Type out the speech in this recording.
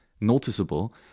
noticeable